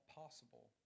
possible